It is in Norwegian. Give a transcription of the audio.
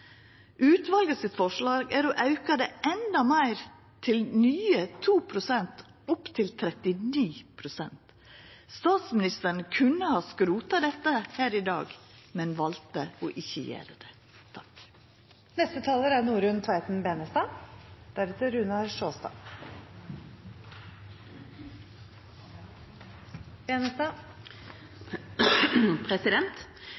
er å auka endå meir – med nye 2 prosenteiningar – opp til 39 pst. Statsministeren kunne ha skrota dette her i dag, men valde å ikkje gjera det.